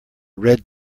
red